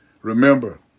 Remember